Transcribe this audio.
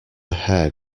hair